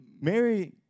Mary